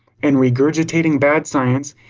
and regurgitating bad science,